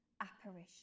apparition